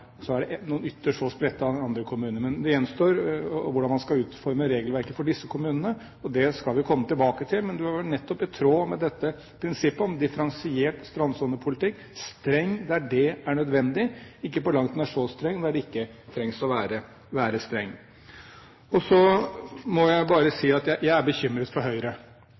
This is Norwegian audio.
så er det noen ytterst få spredte andre kommuner. Men hvordan man skal utforme regelverket for disse kommunene, gjenstår, og det skal vi komme tilbake til, men det blir nettopp i tråd med prinsippet om differensiert strandsonepolitikk: streng der det er nødvendig, ikke på langt nær så streng når den ikke trenger å være streng. Så må jeg bare si at jeg er bekymret for Høyre.